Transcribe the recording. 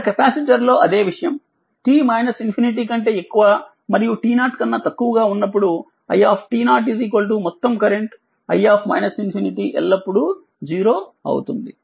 ఇక్కడ కెపాసిటర్ లో అదే విషయం t కంటే ఎక్కువ మరియు t0 కన్నా తక్కువగా ఉన్నప్పుడు i మొత్తం కరెంట్ i ఎల్లప్పుడూ 0 అవుతుంది